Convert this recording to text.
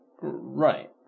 Right